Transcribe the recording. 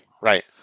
Right